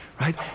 right